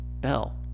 Bell